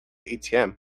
atm